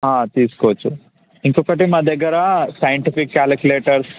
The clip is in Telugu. తీసుకోవచ్చు ఇంకొకటి మా దగ్గర సైంటిఫిక్ క్యాలిక్యులేటర్